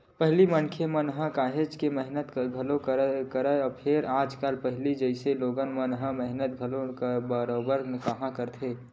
पहिली मनखे मन ह काहेच के मेहनत घलोक करय, फेर आजकल पहिली जइसे लोगन मन ह मेहनत घलोक बरोबर काँहा करथे